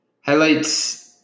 highlights